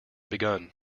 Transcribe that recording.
begun